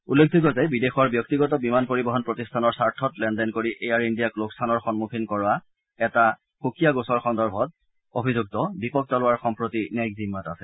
উল্লেখযোগ্য যে বিদেশৰ ব্যক্তিগত বিমান পৰিবহণ প্ৰতিষ্ঠানৰ স্বাৰ্থত লেনদেন কৰি এয়াৰ ইণ্ডিয়াক লোকচানৰ সন্মুখীন কৰা এটা এটা সুকীয়া গোচৰ সন্দৰ্ভত অভিযুক্ত দীপক তলৱাৰ সম্প্ৰতি ন্যায়িক জিম্মাত আছে